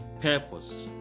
Purpose